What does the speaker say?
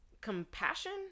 compassion